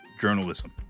journalism